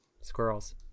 Squirrels